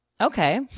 Okay